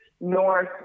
North